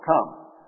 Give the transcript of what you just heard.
come